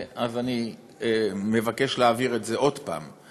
אז אני מבקש להבהיר את זה עוד פעם.